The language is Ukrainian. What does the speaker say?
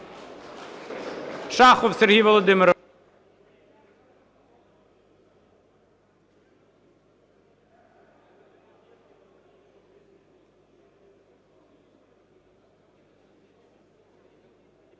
Шахов Сергій Володимирович.